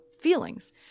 feelings